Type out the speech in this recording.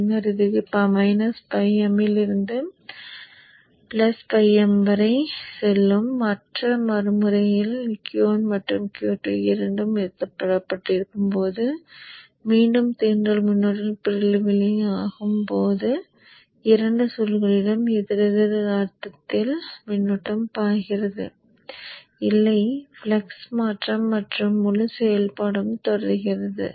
பின்னர் இது φm இலிருந்து φm வரை செல்லும் மற்றும் மறுமுனையில் Q1 மற்றும் Q2 இரண்டும் நிறுத்தப்பட்டிருக்கும் போது மீண்டும் தூண்டல் மின்னோட்டம் ஃப்ரீவீலிங் ஆகும் போது இரண்டு சுருள்களிலும் எதிரெதிர் அர்த்தத்தில் மின்னோட்டம் பாய்கிறது இல்லை ஃப்ளக்ஸ் மாற்றம் மற்றும் முழு செயல்பாடும் தொடர்கிறது